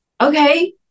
okay